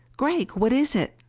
gregg, what is it?